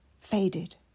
faded